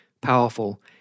powerful